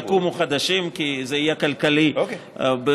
יקומו חדשים, כי זה יהיה כלכלי, אוקיי.